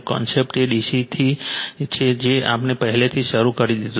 concept એ DC થી છે જે આપણે પહેલાથી જ શરૂ કરી દીધું છે